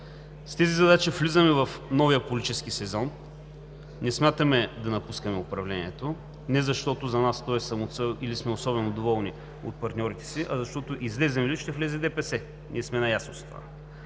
С тези задачи влизаме в новия политически сезон. Не смятаме да напускаме управлението – не защото за нас то е самоцел или сме особено доволни от партньорите си, а защото излезем ли, ще влезе ДПС. Ние сме наясно с това.